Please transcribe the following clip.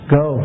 go